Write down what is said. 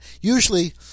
Usually